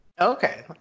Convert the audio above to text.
Okay